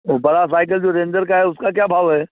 वह बड़ा साइकल जो रेंजर का है उसका क्या भाव है